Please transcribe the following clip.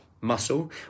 muscle